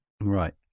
Right